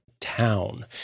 town